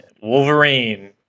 Wolverine